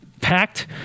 packed